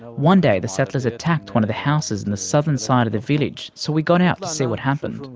ah one day the settlers attacked one of the houses in the southern side of the village, so we got out to see what happened.